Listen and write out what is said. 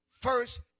first